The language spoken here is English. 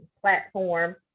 platform